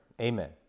Amen